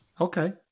Okay